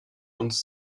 uns